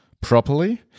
properly